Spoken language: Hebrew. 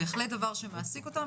בהחלט דבר שמעסיק אותם,